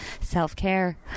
Self-care